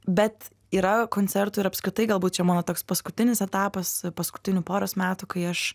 bet yra koncertų ir apskritai galbūt čia mano toks paskutinis etapas paskutinių poros metų kai aš